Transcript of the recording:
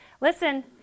Listen